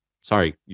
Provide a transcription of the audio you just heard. sorry